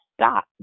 stop